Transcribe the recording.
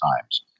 times